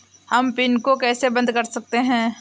हम पिन को कैसे बंद कर सकते हैं?